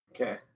Okay